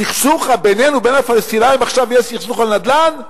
הסכסוך בינינו לבין הפלסטינים עכשיו יהיה סכסוך על נדל"ן?